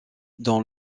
dans